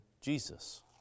Jesus